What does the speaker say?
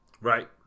Right